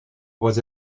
was